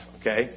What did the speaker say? Okay